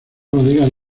bodegas